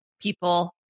people